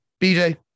BJ